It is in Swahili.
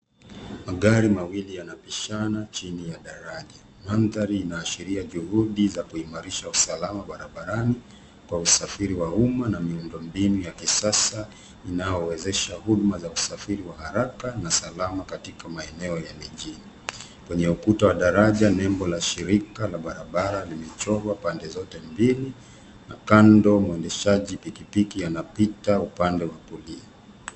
Magari mawili yanapishana chini ya daraja. Mandhari inaashiria juhudi za kuimarisha usalama barabarani kwa usafiri wa umma na miundo mbinu ya kisasa inayowezesha huduma za usafiri wa haraka na salama katika maeneo ya mijini. Kwenye ukuta wa daraja, nembo la shirika la barabara limechorwa pande zote mbili na kando mwendeshaji pikipiki anapita upande wa kulia.